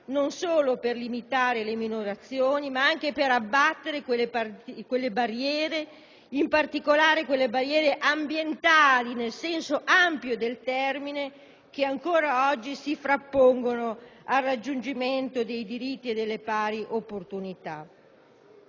non solo per limitare le minorazioni, ma anche per abbattere le barriere, in particolare quelle ambientali nel senso ampio del termine, che ancora oggi si frappongono al raggiungimento dei diritti e delle pari opportunità.